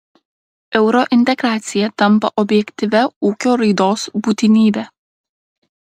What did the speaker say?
eurointegracija tampa objektyvia ūkio raidos būtinybe